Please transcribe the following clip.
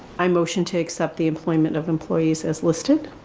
i motion to accept the employment of employees as listed.